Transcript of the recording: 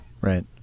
Right